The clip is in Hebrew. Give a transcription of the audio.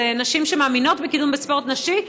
אלה נשים שמאמינות בקידום נשי,